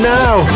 now